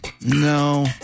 No